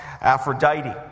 Aphrodite